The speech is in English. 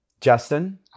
Justin